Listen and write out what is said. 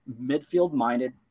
midfield-minded